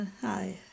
Hi